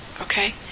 okay